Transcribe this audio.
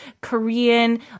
Korean